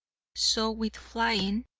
so with flying,